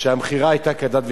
שהמכירה היתה כדת וכדין.